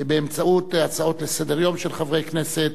באמצעות הצעות לסדר-יום של חברי כנסת,